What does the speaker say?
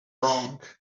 wrong